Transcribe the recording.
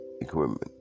equipment